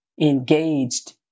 engaged